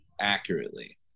accurately